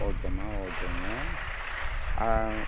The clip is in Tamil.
ஓகேமா ஓகேங்க ஆ